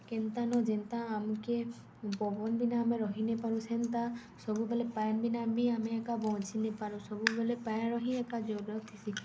କେନ୍ତା ନ ଯେନ୍ତା ଆମ୍କେ ପବନ୍ ବିନା ଆମେ ରହିନେପାରୁ ସେନ୍ତା ସବୁବେଲେ ପାଏନ୍ ବିନା ବି ଆମେ ଏକା ବଞ୍ଚି ନେପାରୁ ସବୁବେଲେ ପାଏନ୍ର ହିିଁ ଏକା ଜରୁରତ୍ ଥିସି